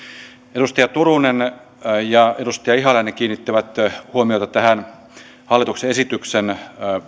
edustaja turunen ja edustaja ihalainen kiinnittivät huomiota hallituksen esityksen